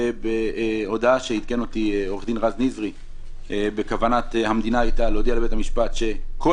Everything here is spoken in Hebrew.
ובהודעה שעדכן אותי עו"ד רז נזרי בכוונת המדינה להודיע לבית המשפט שכל